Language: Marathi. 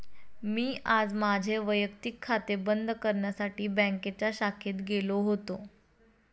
मी आज माझे वैयक्तिक खाते बंद करण्यासाठी बँकेच्या शाखेत गेलो होतो